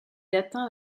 atteint